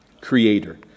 creator